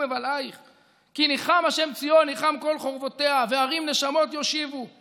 מבלעיך"; "כי נִחַם ה' ציון נִחַם כל חרבֹתיה"; "וערים נשמות יושיבו";